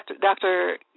Dr